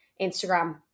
Instagram